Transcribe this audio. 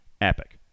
Epic